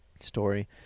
story